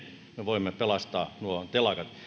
me voimme pelastaa nuo telakat